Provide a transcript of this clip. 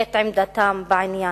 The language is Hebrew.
את עמדתם בעניין.